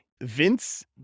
Vince